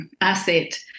asset